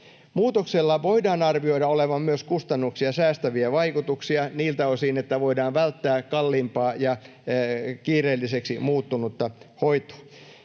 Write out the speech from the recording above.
Muutoksella voidaan arvioida olevan myös kustannuksia säästäviä vaikutuksia niiltä osin, että voidaan välttää kalliimpaa ja kiireelliseksi muuttunutta hoitoa.